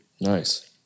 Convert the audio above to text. nice